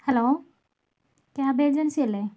hello cab agency അല്ലേ